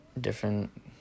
different